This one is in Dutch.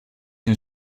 een